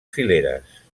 fileres